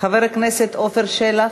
חבר הכנסת עפר שלח,